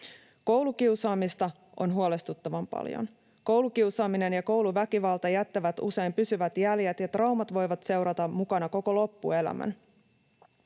Koulukiusaamista on huolestuttavan paljon. Koulukiusaaminen ja kouluväkivalta jättävät usein pysyvät jäljet, ja traumat voivat seurata mukana koko loppuelämän.